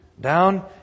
down